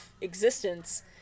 existence